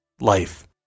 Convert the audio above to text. Life